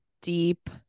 deep